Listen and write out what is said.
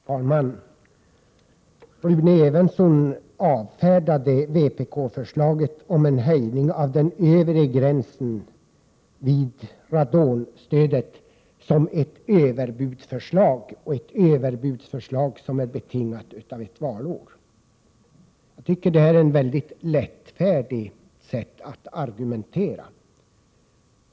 Herr talman! Rune Evensson avfärdade vpk-förslaget om en höjning av den övre gränsen för radonbidraget som ett överbudsförslag betingat av att det är valår. Jag tycker att det är ett mycket lättfärdigt sätt att argumentera.